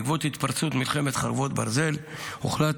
בעקבות התפרצות מלחמת חרבות ברזל הוחלט